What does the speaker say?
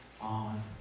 on